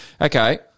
Okay